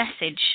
message